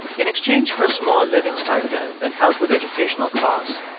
in exchange for a small living stipend and help with educational costs,